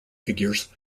figures